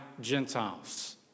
Gentiles